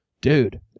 dude